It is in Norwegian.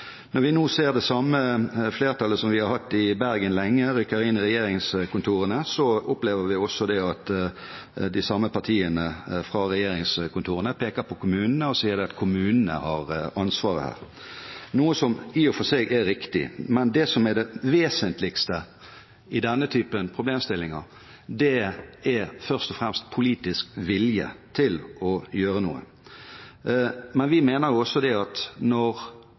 Når det samme flertallet som vi har hatt i Bergen lenge, har rykket inn i regjeringskontorene, opplever vi at de samme partiene fra regjeringskontorene peker på kommunene og sier at kommunene har ansvaret her – noe som i og for seg er riktig, men det som er det vesentligste i denne typen problemstillinger, er først og fremst politisk vilje til å gjøre noe. Vi mener også at når